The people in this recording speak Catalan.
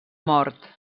mort